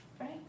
Right